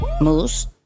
Moose